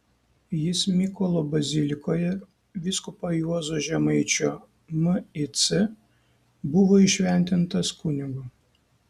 jis mykolo bazilikoje vyskupo juozo žemaičio mic buvo įšventintas kunigu